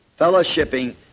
fellowshipping